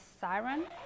siren